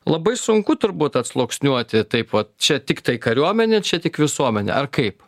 labai sunku turbūt atsluoksniuoti taip vat čia tiktai kariuomenė čia tik visuomenė ar kaip